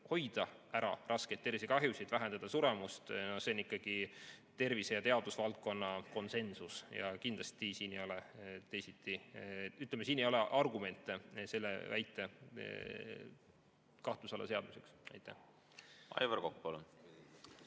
hoida ära raskeid tervisekahjusid, vähendada suremust, see on ikkagi tervise‑ ja teadusvaldkonna konsensus ja kindlasti siin ei ole teisiti. Ütleme, siin ei ole argumente selle väite kahtluse alla seadmiseks. Aitäh!